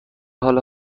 حال